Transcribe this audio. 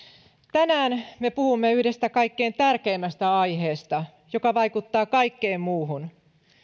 tänään me puhumme yhdestä kaikkein tärkeimmästä aiheesta joka vaikuttaa kaikkeen muuhun